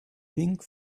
pink